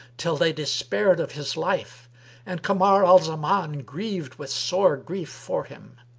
till they despaired of his life and kamar al-zaman grieved with sore grief for him.